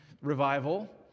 revival